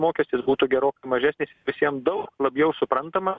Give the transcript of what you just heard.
mokestis būtų gerokai mažesnis visiem daug labiau suprantama